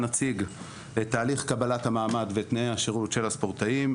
נציג את תהליך קבלת המעמד ותנאי הישורת של הספורטאים,